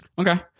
okay